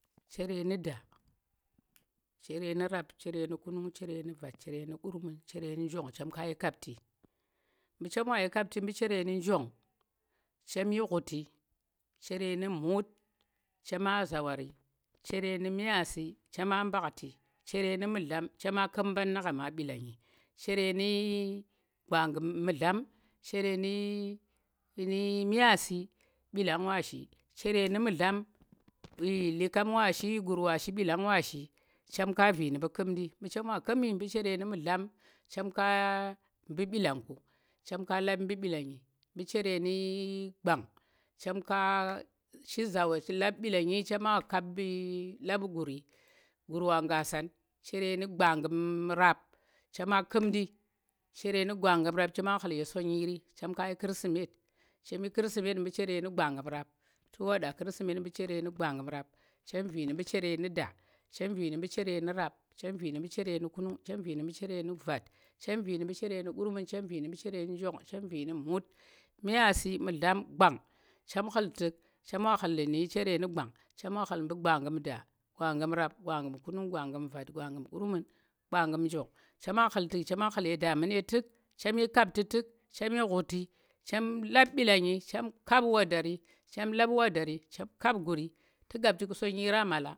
Chere nu̱ da, chere nu̱ rap, chere nu̱ kumna, chere nu̱ vat, chere nu̱ kurmun, chere nu̱ njong. chem ka yi kapti. mu̱ chem wa yi kapti mɓu̱ chere nu̱ njong, chem yi ghuti chere nu̱ mut, chema zawari, chere nu̱ myaasi chema mɓuhtu chere nu̱ mu̱dlam chema ku̱m mbannɗu̱ gha ma mɗilangi, chere nu̱ gwanggum mu̱dlam, chere nu̱ myaasi mɓilang wa shi, chere nu̱ mu̱dlam mbilan wa shi, guur wa shi, mɓilang wa shi, chemka vu̱ nu̱ mɓu̱ kumndi chere nu̱ mu̱dlam chem ka lab mɓu̱ mɓilanggi mɓu chere nu̱ gwang chema ka shi zawa, chem ka shi zawari chema lab ghuri. ghur wa ngasan chere nu̱ gwanggum rap chema khumndi, chere nu gwanggum rap chema khul ye sonyiri, chem ka yi kirsimet, chem yi kirsimet mɓuu̱ chere nu̱ gwanggum rap, tu wada kirsimet mbu chere nu gwanggum rap chem vi nu̱ mɓu̱ chere nu̱ da, chem vi nu̱ mɓu̱ chere nu̱ rap, chem vi nu̱ kunung. chem vi nu vat, chem vi nu kurmun, chem vi nu chere nu njong. chem vi nu chere mɓu̱ chere nu̱ mut, myaasi, mu̱dlam, gwang, chem ghul tu̱k chem wa ghul mɓu̱ chere nu̱ gwang, gwanggum da, gwanggu̱m rap, gwanggu̱m kunung, gwanggu̱m vat, gwanggu̱m kurmun, gwanggu̱m njong, chema ghu̱l ye damune tu̱k chem yi kapti tu̱k, chem yi ghuti, chem lap mɓilangi, chem kap waadari, chem lap waadari, chem kap guuri tu̱ gab tu̱k sonyira mabla